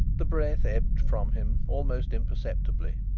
the breath ebbed from him almost imperceptibly,